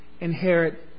inherit